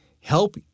help